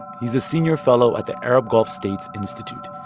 he's a senior fellow at the arab gulf states institute.